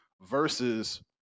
Versus